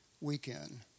weekend